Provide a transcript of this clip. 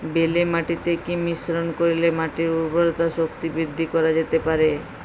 বেলে মাটিতে কি মিশ্রণ করিলে মাটির উর্বরতা শক্তি বৃদ্ধি করা যেতে পারে?